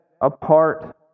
apart